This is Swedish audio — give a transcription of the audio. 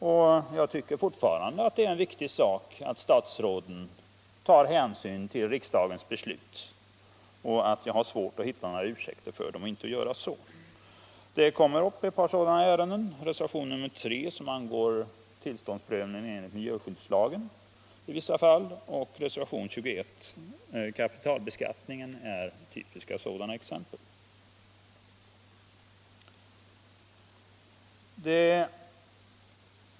Och jag tycker fortfarande att det är en viktig sak att statsråden tar hänsyn till riksdagens beslut. Jag har svårt att hitta några ursäkter för dem att inte göra så. Det kommer upp ett par sådana ärenden: reservationen 3 som angår tillståndsprövningen enligt miljöskyddslagen i vissa fall och reservationen 21, kapitalbeskattningen, är typiska exempel.